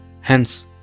Hence